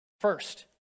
first